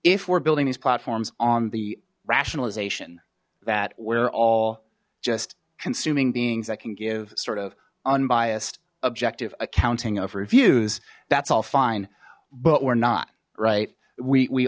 if we're building these platforms on the rationalization that we're all just consuming beings that can give sort of unbiased objective accounting of reviews that's all fine but we're not right we